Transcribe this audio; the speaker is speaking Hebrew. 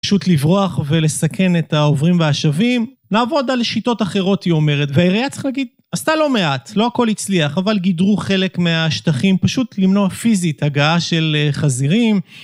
פשוט לברוח ולסכן את העוברים והשבים, לעבוד על שיטות אחרות, היא אומרת, והעירייה צריכה להגיד, עשתה לא מעט, לא הכל הצליח, אבל גידרו חלק מהשטחים, פשוט למנוע פיזית הגעה של חזירים